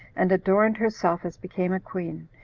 and adorned herself as became a queen,